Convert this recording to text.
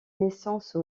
naissance